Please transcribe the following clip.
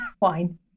wine